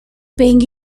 paying